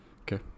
Okay